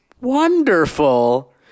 wonderful